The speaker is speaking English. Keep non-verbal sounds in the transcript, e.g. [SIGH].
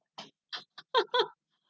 [LAUGHS]